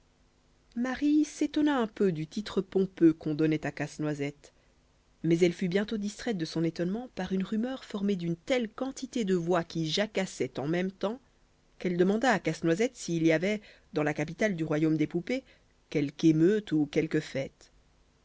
marie s'étonna un peu du titre pompeux qu'on donnait à casse-noisette mais elle fut bientôt distraite de son étonnement par une rumeur formée d'une telle quantité de voix qui jacassaient en même temps qu'elle demanda à casse-noisette s'il y avait dans la capitale du royaume des poupées quelque émeute ou quelque fête